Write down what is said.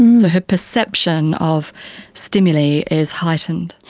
so her perception of stimuli is heightened.